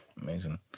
amazing